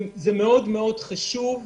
זה מאוד חשוב.